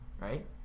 right